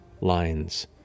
lines